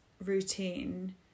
routine